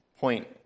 point